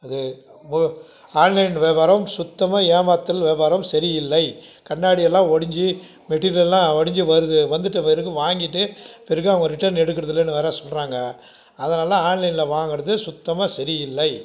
இது ஓ ஆன்லைன் வியாபாரம் சுத்தமாக ஏமாத்தல் வியாபாரம் சரி இல்லை கண்ணாடி எல்லாம் உடஞ்சி மெட்டீரியல்லாம் உடஞ்சி வருது வந்துட்ட பிறகு வாங்கிட்டு பிறகு அவங்க ரிட்டர்ன் எடுக்கிறது இல்லைனு வேற சொல்றாங்க அதனால் ஆன்லைன்ல வாங்கிறது சுத்தமாக சரி இல்லை